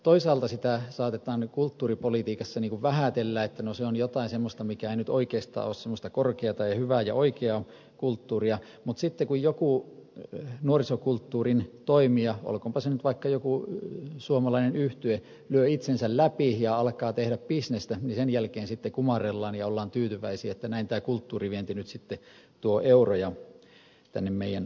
toisaalta sitä saatetaan kulttuuripolitiikassa vähätellä että se on jotain semmoista mikä ei nyt oikeastaan ole semmoista korkeata ja hyvää ja oikeaa kulttuuria mutta sitten kun joku nuorisokulttuurin toimija olkoonpa se nyt vaikka joku suomalainen yhtye lyö itsensä läpi ja alkaa tehdä bisnestä niin sen jälkeen sitten kumarrellaan ja ollaan tyytyväisiä että näin tämä kulttuurivienti nyt sitten tuo euroja tänne meidän kansantalouteemme